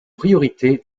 priorité